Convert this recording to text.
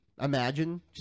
Imagine